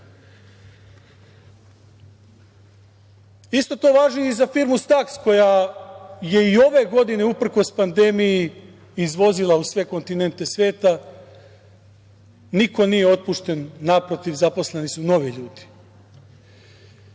to važi i za firmu „Staks“, koja je i ove godine, uprkos pandemiji, izvozila u sve kontinente sveta. Niko nije otpušten. Naprotiv, zaposleni su novi